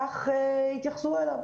כך יתייחסו אליו.